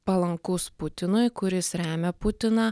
palankus putinui kuris remia putiną